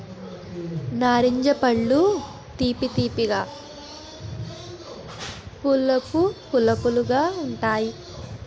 నారింజ పళ్ళు తీపి తీపిగా పులుపు పులుపుగా ఉంతాయి